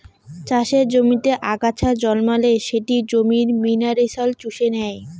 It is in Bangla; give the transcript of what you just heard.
চাষের জমিতে আগাছা জন্মালে সেটি জমির মিনারেলস চুষে নেই